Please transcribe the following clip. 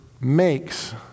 makes